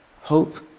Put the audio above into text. Hope